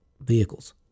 vehicles